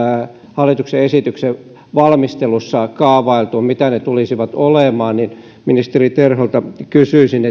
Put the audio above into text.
hallituksen esityksen valmistelussa kaavailtu niin mitä ne tulisivat olemaan ministeri terholta kysyisin